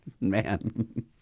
Man